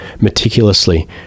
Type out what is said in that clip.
meticulously